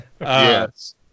yes